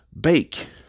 bake